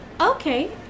Okay